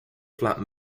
flat